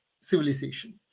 civilization